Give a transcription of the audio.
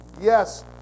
yes